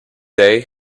day